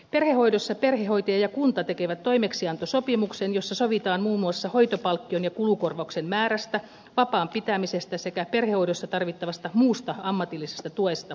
perhehoidossa perhehoitaja ja kunta tekevät toimeksiantosopimuksen jossa sovitaan muun muassa hoitopalkkion ja kulukorvauksen määrästä vapaan pitämisestä sekä perhehoidossa tarvittavasta muusta ammatillisesta tuesta